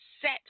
set